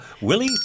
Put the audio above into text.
willie